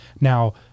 Now